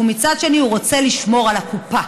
ומצד שני הוא רוצה לשמור על הקופה.